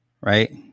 Right